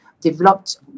developed